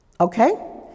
Okay